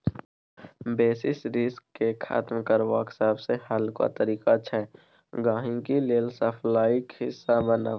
basis risk केँ खतम करबाक सबसँ हल्लुक तरीका छै गांहिकी लेल सप्लाईक हिस्सा बनब